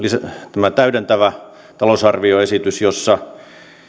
tämä täydentävä talousarvioesitys jossa